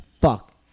fuck